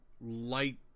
light